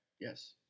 Yes